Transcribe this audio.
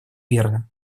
верно